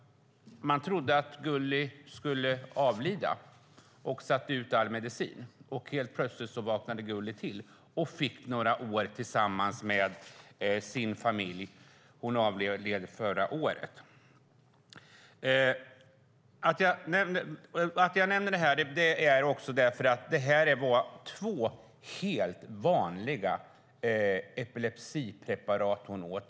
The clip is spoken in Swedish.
Man trodde att Gulli skulle avlida och satte ut all medicin, och helt plötsligt vaknade Gulli till och fick några år tillsammans med sin familj. Hon avled förra året. Anledningen till att jag nämner det här är att det var två helt vanliga epilepsipreparat som hon åt.